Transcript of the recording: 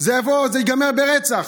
זה יבוא, זה ייגמר ברצח,